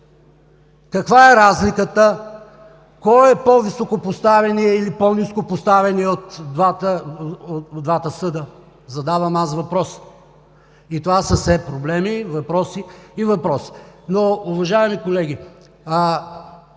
Каква е разликата? Кой е по-високопоставеният или по-нископоставеният от двата вида съд – задавам въпрос? И това са все проблеми, въпроси и въпроси. Уважаеми колеги,